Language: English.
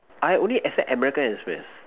I only accept american express